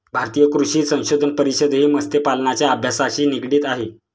भारतीय कृषी संशोधन परिषदही मत्स्यपालनाच्या अभ्यासाशी निगडित आहे